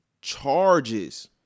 charges